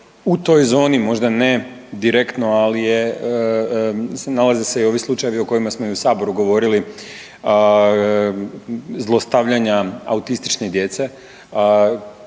u toj zoni, možda ne direktno ali je nalaze se i ovi slučajevi o kojima smo i u Saboru govorili, zlostavljanja autistične djece